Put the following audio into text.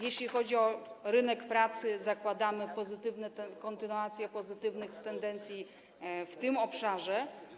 Jeśli chodzi o rynek pracy, zakładamy kontynuację pozytywnych tendencji w tym obszarze.